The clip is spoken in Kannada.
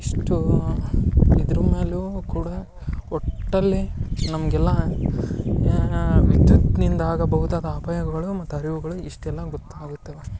ಇಷ್ಟೂ ಇದ್ರ ಮೇಲೂ ಕೂಡ ಒಟ್ಟಲ್ಲಿ ನಮಗೆಲ್ಲ ವಿದ್ಯುತ್ನಿಂದ ಆಗಬಹುದಾದ ಅಪಾಯಗಳು ಮತ್ತು ಅರಿವುಗಳು ಇಷ್ಟೆಲ್ಲ ಗೊತ್ತಾಗುತ್ತವೆ